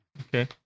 Okay